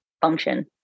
function